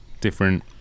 different